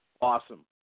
Awesome